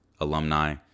alumni